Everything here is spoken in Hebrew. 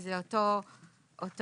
זה אותו רעיון,